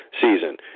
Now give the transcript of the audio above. season